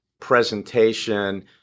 presentation